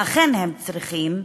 ואכן הם צריכים,